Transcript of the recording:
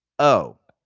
oh,